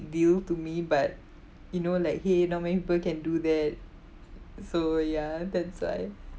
deal to me but you know like !hey! not many people can do that so ya that's why